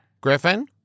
Griffin